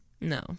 No